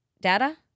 Data